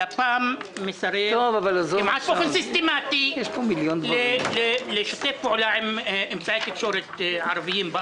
לפ"מ מסרבת כמעט באופן סיסטמתי לשתף פעולה עם אמצעי תקשורת ערביים בארץ.